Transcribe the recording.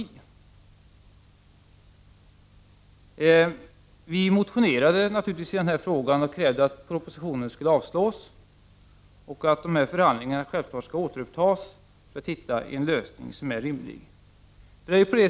Vi i miljöpartiet motionerade naturligtvis i den här frågan och krävde att propositionen skulle avslås och förhandlingarna återupptas för att man skulle hitta en lösning som var rimlig.